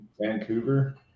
Vancouver